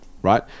right